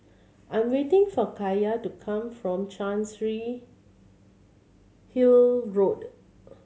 I'm waiting for Kaiya to come from Chancery Hill Road